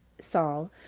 Saul